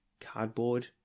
cardboard